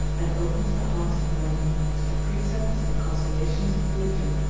and opens the hearts of men to the precepts and consolations of religion.